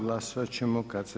Glasovat ćemo kad se